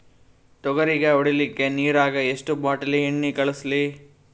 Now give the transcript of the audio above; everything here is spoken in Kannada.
ತೊಗರಿಗ ಹೊಡಿಲಿಕ್ಕಿ ನಿರಾಗ ಎಷ್ಟ ಬಾಟಲಿ ಎಣ್ಣಿ ಕಳಸಲಿ?